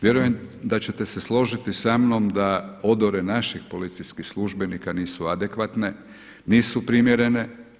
Vjerujem da ćete se složiti sa mnom da odore naših policijskih službenika nisu adekvatne, nisu primjerene.